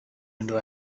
into